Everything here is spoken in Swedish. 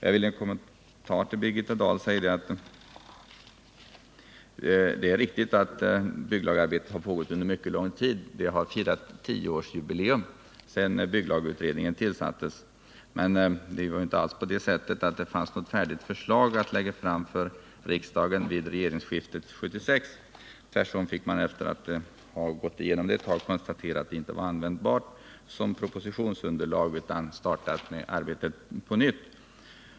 Jag vill i en kommentar till Birgitta Dahl säga att det är riktigt att bygglagarbetet har pågått under mycket lång tid. Man har kunnat fira tioårsjubileum av bygglagutredningens tillsättande. Det var emellertid inte alls på det sättet att det fanns ett färdigt förslag att lägga fram för riksdagen vid regeringsskiftet 1976. Tvärtom fick man efter att ha gått igenom det material som förelåg konstatera att det inte var användbart som propositionsunderlag. Arbetet fick alltså starta på nytt.